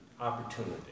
opportunity